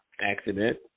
accident